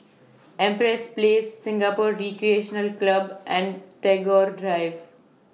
Empress Place Singapore Recreational Club and Tagore Drive